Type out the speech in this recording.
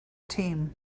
team